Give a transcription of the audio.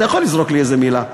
אתה יכול לזרוק לי איזה מילה,